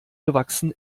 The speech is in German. gewachsen